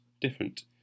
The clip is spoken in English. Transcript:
different